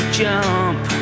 jump